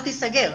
לא תיסגר.